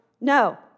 No